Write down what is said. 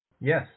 Yes